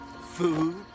food